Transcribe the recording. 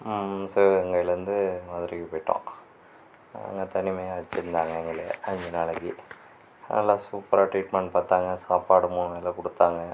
சிவகங்கையிலேந்து மதுரைக்கு போய்ட்டோம் அங்கே தனிமையாக வெச்சுருந்தாங்க எங்களை அஞ்சு நாளைக்கு நல்லா சூப்பராக ட்ரீட்மெண்ட் பார்த்தாங்க சாப்பாடு மூணு வேளை கொடுத்தாங்க